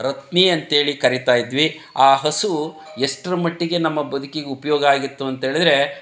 ರತ್ಮಿ ಅಂತೇಳಿ ಕರಿತಾ ಇದ್ವಿ ಆ ಹಸು ಎಷ್ಟರ ಮಟ್ಟಿಗೆ ನಮ್ಮ ಬದುಕಿಗೆ ಉಪಯೋಗ ಆಗಿತ್ತು ಅಂತೇಳಿದ್ರೆ